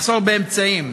מחסור באמצעים,